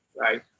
right